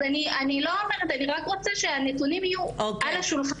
אז אני רק רוצה שהנתונים יהיו על השולחן